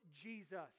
Jesus